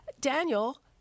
daniel